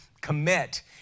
commit